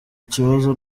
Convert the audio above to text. ikibazo